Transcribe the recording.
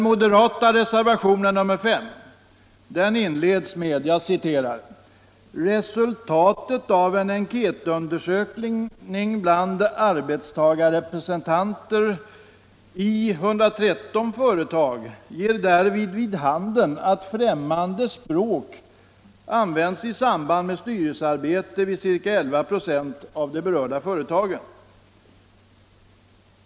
I moderatreservationen 5 sägs inledningsvis följande: ”Resultatet av en enkätundersökning bland arbetstagarrepresentanter i 113 företag ger därvid vid handen, att främmande språk använts i samband med styrelsearbetet i ca 11 26 av de berörda företagen.